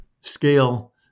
scale